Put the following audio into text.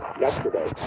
yesterday